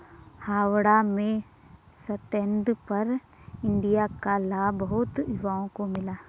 हावड़ा में stand up India का लाभ बहुत युवाओं को मिला